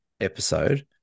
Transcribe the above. episode